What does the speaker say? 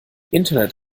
internet